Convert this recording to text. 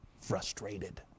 frustrated